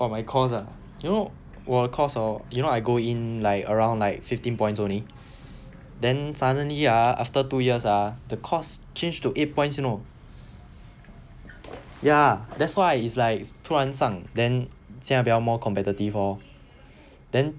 oh my course ah you know 我的 course hor you know I go in like around like fifteen points only then suddenly ah after two years ah the course change to eight points you know ya that's why is like 突然上 then 现在比较 more competitive lor then